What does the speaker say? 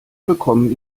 bekommen